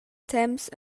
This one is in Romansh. temps